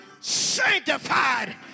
sanctified